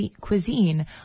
cuisine